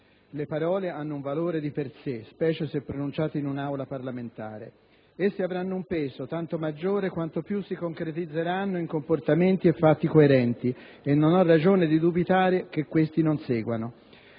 le parole hanno un valore di per sé, specie se pronunciate in un'Aula parlamentare. Esse avranno un peso tanto maggiore quanto più si concretizzeranno in comportamenti e fatti coerenti e non ho ragione di dubitare che questi non seguano.